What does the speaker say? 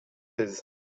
seize